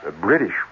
British